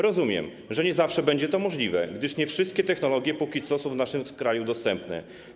Rozumiem, że nie zawsze będzie to możliwe, gdyż nie wszystkie technologie są jak dotąd w naszym kraju dostępne.